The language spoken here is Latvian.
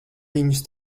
viņus